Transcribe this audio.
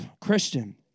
Christian